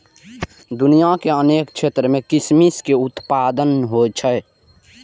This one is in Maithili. दुनिया के अनेक क्षेत्र मे किशमिश के उत्पादन होइ छै